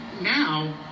now